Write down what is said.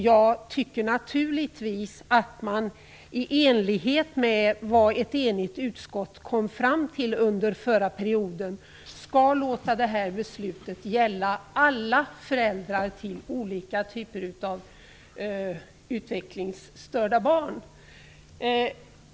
Jag tycker naturligtvis att man i enlighet med vad ett enigt utskott kom fram till under förra perioden skall låta detta beslut gälla alla föräldrar till olika typer av utvecklingsstörda barn.